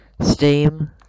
Steam